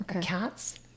cats